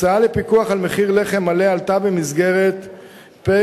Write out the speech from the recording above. הצעה לפיקוח על מחיר לחם מלא עלתה במסגרת פ/3627/18,